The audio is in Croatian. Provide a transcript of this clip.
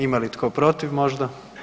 Ima li tko protiv možda?